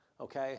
okay